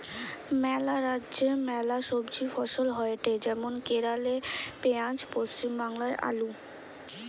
ম্যালা রাজ্যে ম্যালা সবজি ফসল হয়টে যেমন কেরালে পেঁয়াজ, পশ্চিম বাংলায় আলু